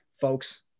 Folks